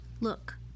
Look